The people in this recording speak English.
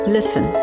Listen